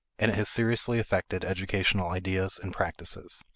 and it has seriously affected educational ideas and practices.